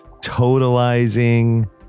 totalizing